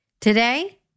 Today